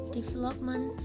development